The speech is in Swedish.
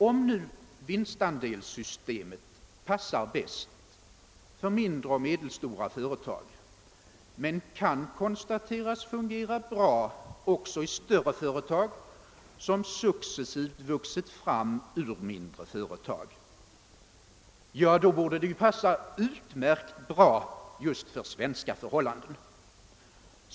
Om nu vinstandelssystemet passar bäst för mindre och medelstora företag men kan konstateras fungera bra också i större företag, som successivt vuxit fram ur ett mindre företag — ja, då borde det ju passa ut märkt bra just för svenska förhållanden.